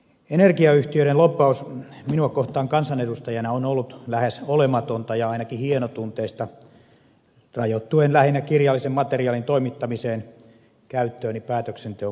energiayhtiöiden lobbaus minua kohtaan kansanedustajana on ollut lähes olematonta ja ainakin hienotunteista rajoittuen lähinnä kirjallisen materiaalin toimittamiseen käyttööni päätöksenteon pohjaksi